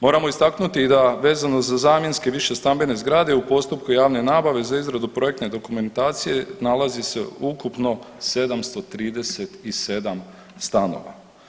Moramo istaknuti i da vezano za zamjenske višestambene zgrade u postupku javne nabave za izradu projektne dokumentacije nalazi se ukupno 737 stanova.